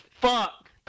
fuck